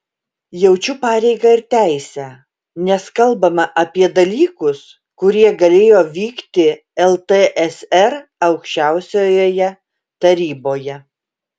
jaučiu pareigą ir teisę nes kalbama apie dalykus kurie galėjo vykti ltsr aukščiausiojoje taryboje